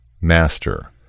Master